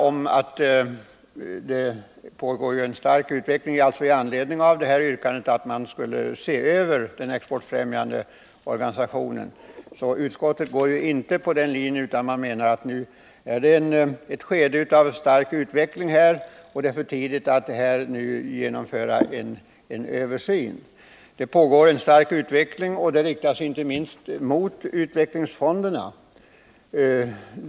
Utskottet är inte inne på samma linje, utan man menar att det är för tidigt att nu genomföra en översyn. Det pågår en stark utveckling på det här området, och detta har bl.a. tagit sig uttryck i det ökade stödet till utvecklingsfonderna.